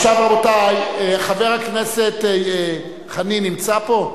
עכשיו, רבותי, חבר הכנסת חנין נמצא פה?